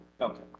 Okay